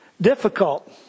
difficult